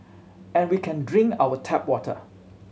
and we can drink our tap water